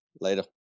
Later